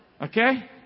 Okay